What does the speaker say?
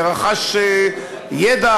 ורכש ידע